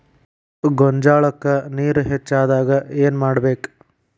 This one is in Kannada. ಗೊಂಜಾಳಕ್ಕ ನೇರ ಹೆಚ್ಚಾದಾಗ ಏನ್ ಮಾಡಬೇಕ್?